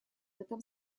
этом